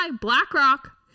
BlackRock